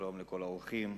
שלום לכל האורחים,